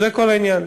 זה כל העניין.